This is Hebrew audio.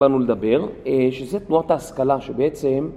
באנו לדבר שזה תנועות ההשכלה שבעצם